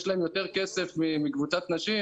יש להם יותר כסף מקבוצת נשים